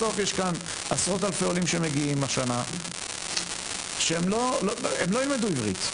בסוף יש כאן עשרות אלפי עולים שמגיעים השנה והם לא ילמדו עברית.